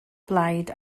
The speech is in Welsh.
blaid